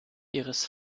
ihres